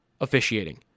officiating